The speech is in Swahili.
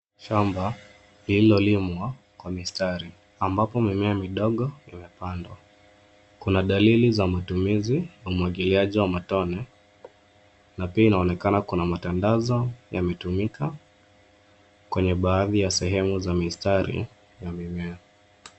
Shamba lilolimwa kwa mistari, ambapo mimea midogo imepandwa. Kuna dalili za matumizi ya umwagiliaji wa matone, na pia inaonekana kuna matandazo yametumika, kwenye baadha ya sehemu za mistari ya mimea.